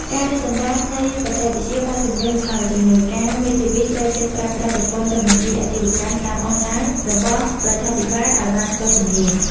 ការរីកចម្រើននៃបច្ចេកវិទ្យាបានជំរុញឱ្យជំនួយការមេធាវីត្រូវចេះប្រើប្រាស់ប្រព័ន្ធចុះបញ្ជីអាជីវកម្មតាមអនឡាញរបស់រដ្ឋាភិបាលឱ្យបានស្ទាត់ជំនាញ។